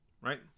right